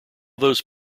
those